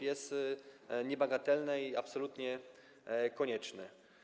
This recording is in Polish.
jest niebagatelne i absolutnie konieczne.